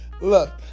Look